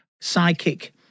psychic